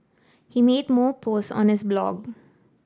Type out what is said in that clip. he made more posts on his blog